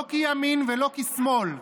לא כי ימין ולא כי שמאל.